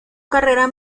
carrera